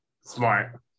Smart